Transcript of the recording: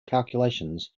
calculations